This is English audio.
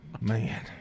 Man